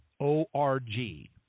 O-R-G